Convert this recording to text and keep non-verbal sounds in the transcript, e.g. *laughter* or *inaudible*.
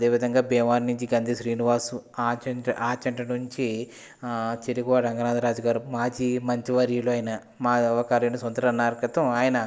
అదే విధంగా భీమవరం నుంచి గ్రంధి శ్రీనివాసు ఆచంట ఆచంట నుంచి చెరుకువాడ రంగనాధ రాజు గారు మాజీ మంత్రివర్యులు అయిన మాదవ *unintelligible* ఉన్నారు క్రితం ఆయన